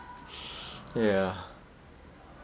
ya